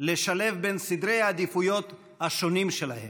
לשלב בין סדרי העדיפויות השונים שלהם.